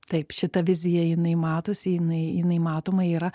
taip šita vizija jinai matosi jinai jinai matoma yra